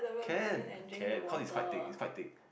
can can cause it's quite think it's quite thick